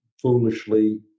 Foolishly